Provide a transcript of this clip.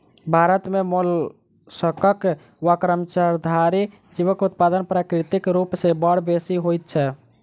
भारत मे मोलास्कक वा कवचधारी जीवक उत्पादन प्राकृतिक रूप सॅ बड़ बेसि होइत छै